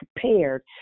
prepared